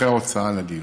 אחרי ההוצאה על דיור.